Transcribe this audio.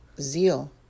zeal